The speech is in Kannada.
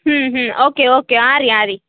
ಹ್ಞೂ ಹ್ಞೂ ಓಕೆ ಓಕೆ ಹಾಂ ರೀ ಹಾಂ ರೀ